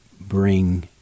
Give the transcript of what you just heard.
bring